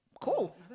Cool